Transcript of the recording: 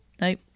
Nope